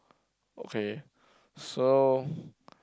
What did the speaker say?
okay so